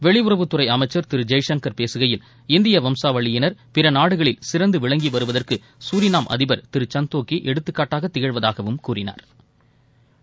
வெளியுறவுத்துறை அமைச்சர் திரு ஜெய்சங்கள் பேசுகையில் இந்திய வம்சாவழியினா் பிற நாடுகளில் சிறந்து விளங்கி வருவதற்கு சூரிநாம் அதிபர் திரு சந்தோக்கி எடுத்துக்காட்டாக திகழ்வதாகவும் கூறினாா்